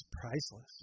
priceless